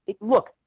look